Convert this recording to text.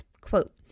Quote